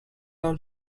all